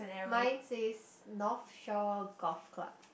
mine says North Shore Golf Club